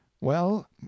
Well